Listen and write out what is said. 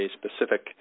specific